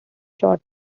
short